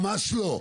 ממש לא,